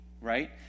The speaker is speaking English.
right